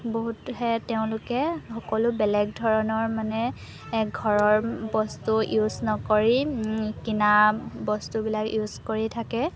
বহুতহে তেওঁলোকে সকলো বেলেগ ধৰণৰ মানে ঘৰৰ বস্তু ইউজ নকৰি কিনা বস্তুবিলাক ইউজ কৰি থাকে